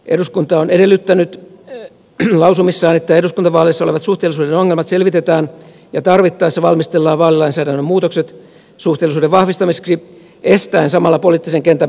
eduskunta on edellyttänyt lausumissaan että eduskuntavaaleissa olevat suhteellisuuden ongelmat selvitetään ja tarvittaessa valmistellaan vaalilainsäädännön muutokset suhteellisuuden vahvistamiseksi estäen samalla poliittisen kentän pirstoutuminen